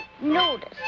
notice